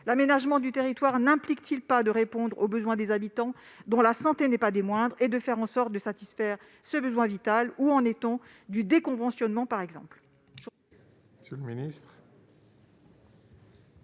L'aménagement du territoire n'implique-t-il pas de répondre aux besoins des habitants, dont la santé n'est pas le moindre, et de faire en sorte de les satisfaire ? Où en est-on, par exemple, du déconventionnement ? La parole